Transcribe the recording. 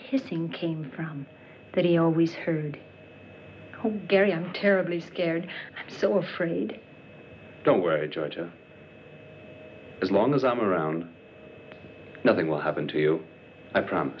hissing came that he always heard gary i'm terribly scared so afraid don't worry george or as long as i'm around nothing will happen to you i prom